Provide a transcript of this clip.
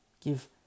Give